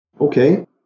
Okay